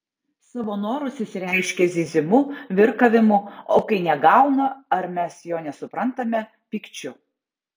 savo norus jis reiškia zyzimu virkavimu o kai negauna ar mes jo nesuprantame pykčiu